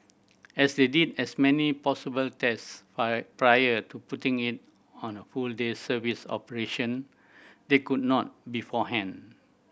as they did as many possible test prior to putting it on a full day service operation they could not beforehand